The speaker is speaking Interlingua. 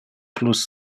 plus